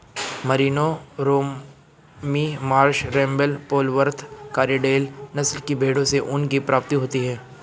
Merino, Romney Marsh, Rambouillet, Polwarth, Corriedale नस्ल की भेंड़ों से ऊन की प्राप्ति होती है